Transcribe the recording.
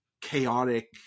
chaotic